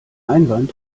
einwand